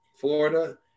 Florida